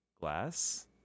glass